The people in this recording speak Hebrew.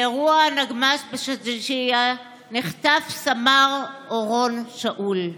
באירוע הנגמ"ש בשג'אעיה נחטף סמ"ר אורון שאול.